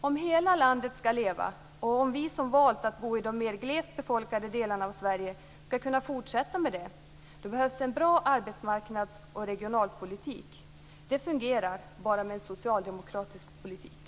Om hela landet skall leva, och om vi som har valt att bo i de mer glest befolkade delarna av Sverige skall kunna fortsätta att göra det, behövs en bra arbetsmarknads och regionalpolitik. Det fungerar endast med en socialdemokratisk politik.